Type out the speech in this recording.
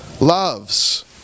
loves